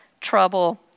trouble